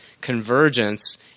convergence